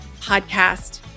podcast